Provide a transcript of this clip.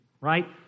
right